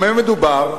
במה מדובר?